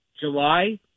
July